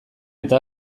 eta